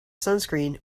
sunscreen